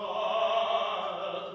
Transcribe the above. oh